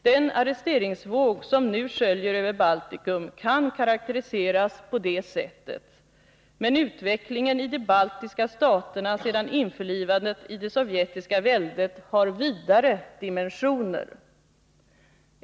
Den arresteringsvåg som nu sköljer över Baltikum kan karakteriseras på det sättet, men utvecklingen i de baltiska staterna sedan införlivandet i det sovjetiska väldet har vidare dimensioner.